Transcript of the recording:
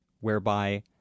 whereby